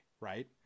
right